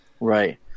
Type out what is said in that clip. Right